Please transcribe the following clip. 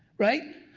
right?